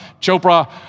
Chopra